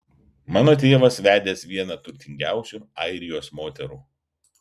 mano tėvas vedęs vieną turtingiausių airijos moterų